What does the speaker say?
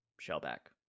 Shellback